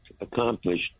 accomplished